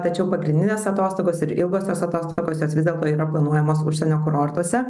tačiau pagrindinės atostogos ir ilgosios atostogos jos vis dėlto yra planuojamos užsienio kurortuose